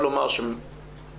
בתוך